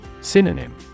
Synonym